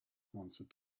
answered